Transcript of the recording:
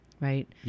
right